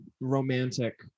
romantic